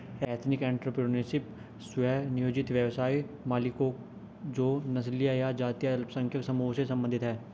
ethnic entrepreneurship, स्व नियोजित व्यवसाय मालिकों जो नस्लीय या जातीय अल्पसंख्यक समूहों से संबंधित हैं